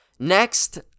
next